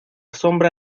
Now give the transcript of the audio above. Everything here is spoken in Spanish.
sombra